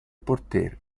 poter